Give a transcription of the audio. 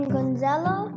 Gonzalo